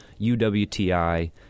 UWTI